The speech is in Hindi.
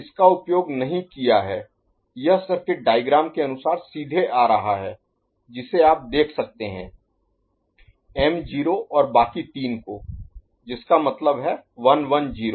इसका उपयोग नहीं किया है यह सर्किट डायग्राम Diagram आरेख के अनुसार सीधे आ रहा है जिसे आप देख सकते हैं m0 और बाकी तीन को जिसका मतलब है 110